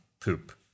poop